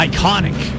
Iconic